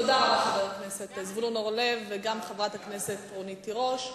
תודה לחבר הכנסת זבולון אורלב וגם לחברת הכנסת רונית תירוש.